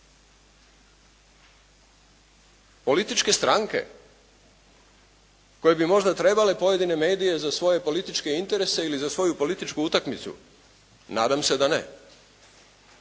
Političke stranke koje bi možda trebale pojedine medije za svoje političke interese ili za svoju političku utakmicu? Nadam se da ne.